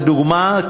לדוגמה,